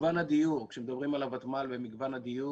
כשמדברים על הוות"ל ומגוון הדיור